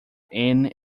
inn